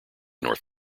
north